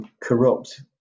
corrupt